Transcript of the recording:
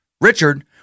Richard